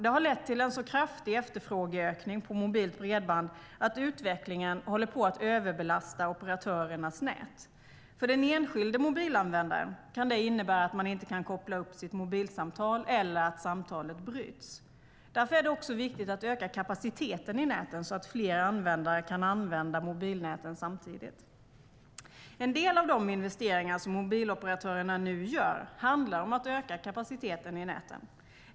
Det har lett till en så kraftig efterfrågeökning på mobilt bredband att utvecklingen håller på att överbelasta operatörernas nät. För den enskilde mobilanvändaren kan det innebära att man inte kan koppla upp sitt mobilsamtal eller att samtalet bryts. Därför är det också viktigt att öka kapaciteten i näten så att fler användare kan använda mobilnäten samtidigt. En del av de investeringar som mobiloperatörerna nu gör handlar om att öka kapaciteten i näten.